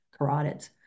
carotids